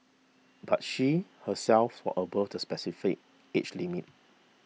but she herself was above the specified age limit